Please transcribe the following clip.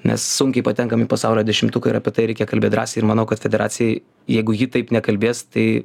mes sunkiai patenkam į pasaulio dešimtuką ir apie tai reikia kalbėt drąsiai ir manau kad federacijai jeigu ji taip nekalbės tai